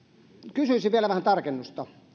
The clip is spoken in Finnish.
kysyisin vielä vähän tarkennusta